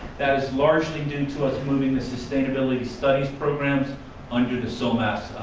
that is largely due to us moving the sustainability studies programs under the somas